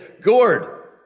gourd